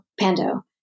Pando